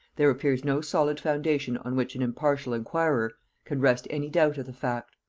there appears no solid foundation on which an impartial inquirer can rest any doubt of the fact.